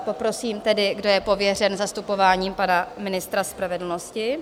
Poprosím tedy, kdo je pověřen zastupováním pana ministra spravedlnosti?